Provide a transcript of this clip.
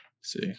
see